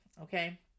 Okay